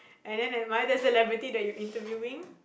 and then am I the celebrity that you interviewing